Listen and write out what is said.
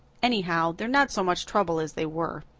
anyhow they're not so much trouble as they were.